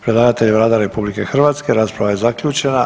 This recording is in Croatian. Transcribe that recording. Predlagatelj je Vlada RH, rasprava je zaključena.